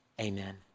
Amen